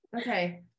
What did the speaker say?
Okay